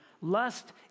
Lust